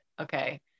Okay